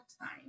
time